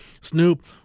Snoop